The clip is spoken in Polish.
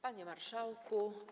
Panie Marszałku!